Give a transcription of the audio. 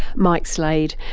mike slade,